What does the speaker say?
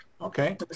Okay